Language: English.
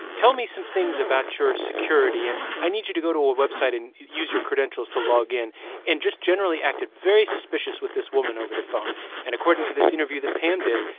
tell me some things about your security. and i need you to go to a website and use your credentials to log in and just generally acted very suspicious with this woman over the phone and according to this interview that pam did,